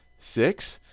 six,